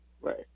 Right